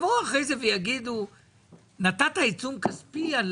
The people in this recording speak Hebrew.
אבל שיבואו אחר כך ויגידו שנתת עיצום כספי.